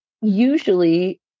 usually